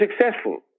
successful